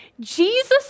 Jesus